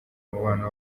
umubano